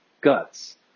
guts